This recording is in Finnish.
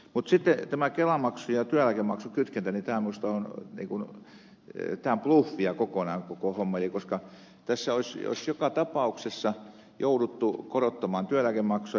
mutta sitten tämä kelamaksun ja työeläkemaksun kytkentä niin tämä on minusta bluffia kokonaan koko hommeli koska tässä olisi joka tapauksessa jouduttu korottamaan työeläkemaksua